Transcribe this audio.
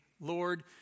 lord